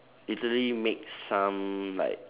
literally make some like